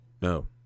No